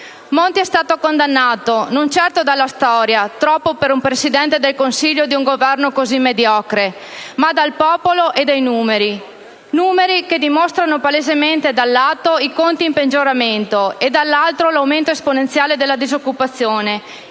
Monti è stato condannato, non certo dalla storia (troppo per un Presidente del Consiglio di un Governo così mediocre), ma dal popolo e dai numeri; numeri che dimostrano palesemente, da un lato, i conti in peggioramento e, dall'altro, l'aumento esponenziale della disoccupazione,